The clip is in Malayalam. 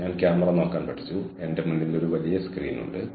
അതിനാൽ നിങ്ങൾക്ക് ഒരു വാഷിംഗ് മെഷീനും ഒരു ഡ്രയറും ഉണ്ടായിരുന്നു